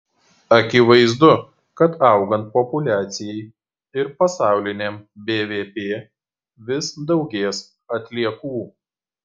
akivaizdu kad augant populiacijai ir pasauliniam bvp vis daugės atliekų